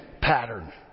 pattern